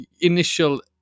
initial